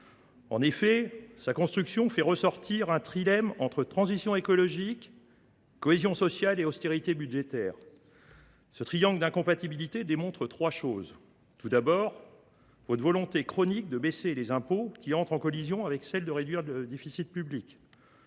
Sa construction fait ressortir un « trilemme » entre transition écologique, cohésion sociale et austérité budgétaire. Ce triangle d’incompatibilités démontre trois choses, tout d’abord que votre volonté chronique de baisser les impôts entre en collision avec celle de réduire le déficit public